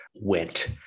went